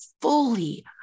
fully